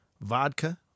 vodka